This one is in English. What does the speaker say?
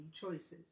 choices